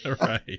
Right